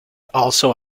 also